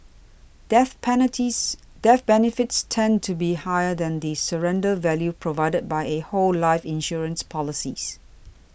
death panneties death benefits tend to be higher than the surrender value provided by a whole life insurance policy